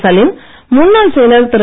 சலீம் முன்னாள் செயலர் திரு